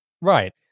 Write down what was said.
right